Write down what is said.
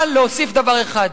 אבל להוסיף דבר אחד: